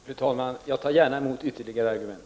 Fru talman! Jag tar gärna emot ytterligare argument.